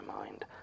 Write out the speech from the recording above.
mind